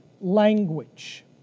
language